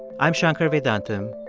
i'm shankar vedantam,